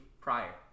prior